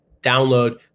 download